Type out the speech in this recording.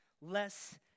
less